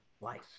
life